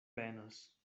benos